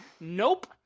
nope